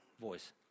voice